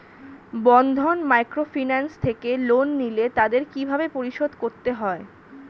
বন্ধন microfinance থেকে loan নিলে তাদের কিভাবে পরিশোধ করতে হয়?